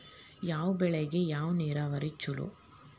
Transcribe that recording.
ಯಾವ ಬೆಳಿಗೆ ಯಾವ ನೇರಾವರಿ ಛಲೋ?